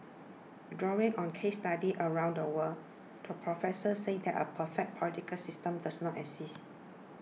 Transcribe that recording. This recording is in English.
drawing on case studies around the world the professor said that a perfect political system does not exist